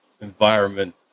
environment